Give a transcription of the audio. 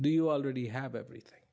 do you already have everything